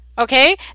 Okay